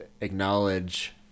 acknowledge